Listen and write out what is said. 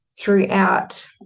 throughout